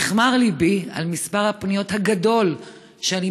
נכמר ליבי בשל מספר הפניות הגדול שאני